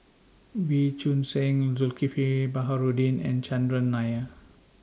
Wee Choon Seng Zulkifli Baharudin and Chandran Nair